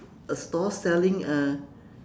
a store selling uh